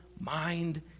mind